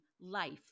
life